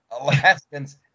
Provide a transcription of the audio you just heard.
Alaskans